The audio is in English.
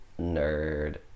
Nerd